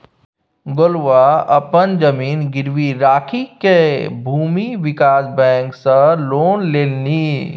गोलुआ अपन जमीन गिरवी राखिकए भूमि विकास बैंक सँ लोन लेलनि